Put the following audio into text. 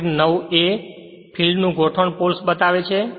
આકૃતિ 9 એ ફિલ્ડ નું ગોઠવણ પોલ્સ બતાવે છે